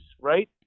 right